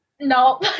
No